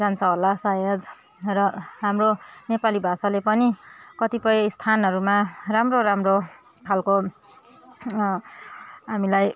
जान्छ होला सायद र हाम्रो नेपाली भाषाले पनि कतिपय स्थानहरूमा राम्रो राम्रो खालको हामीलाई